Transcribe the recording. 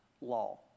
law